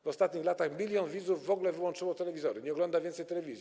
W ostatnich latach milion widzów w ogóle wyłączyło telewizory, nie ogląda więcej telewizji.